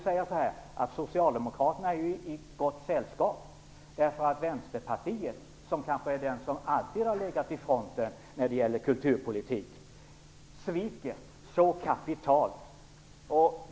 Socialdemokraterna är ju i gott sällskap därför att Vänsterpartiet, som kanske är det parti som alltid har legat i fronten när det gäller kulturpolitik, sviker så kapitalt.